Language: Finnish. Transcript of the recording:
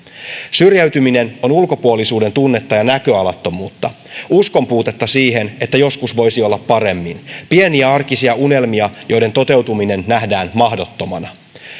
syrjäytyminen on ulkopuolisuuden tunnetta ja näköalattomuutta uskonpuutetta siitä että joskus voisi olla paremmin pieniä arkisia unelmia joiden toteutuminen nähdään mahdottomana